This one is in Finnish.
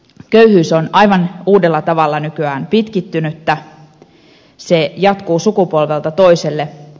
köyhyys on aivan uudella tavalla nykyään pitkittynyttä se jatkuu sukupolvelta toiselle